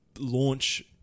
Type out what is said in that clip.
launch